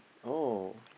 oh